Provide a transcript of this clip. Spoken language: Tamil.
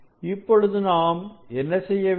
இப்பொழுது நாம் என்ன செய்ய வேண்டும்